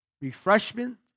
refreshment